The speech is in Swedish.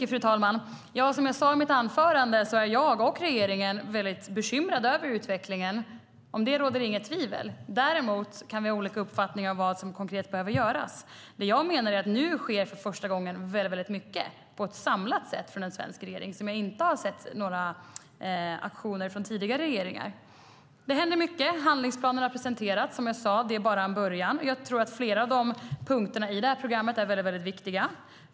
Fru talman! Som jag sade i mitt anförande är jag och regeringen väldigt bekymrade över utvecklingen. Om det råder det inget tvivel. Däremot kan vi ha olika uppfattningar om vad som konkret behöver göras. Jag menar att det nu för första gången sker väldigt mycket på ett samlat sätt från en svensk regering. Jag har inte sett några sådana aktioner från tidigare regeringar. Det händer mycket. Handlingsplanen har presenterats. Som jag sade: Det är bara en början. Jag tror att flera av punkterna i det här programmet är väldigt viktiga.